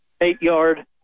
eight-yard